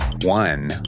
One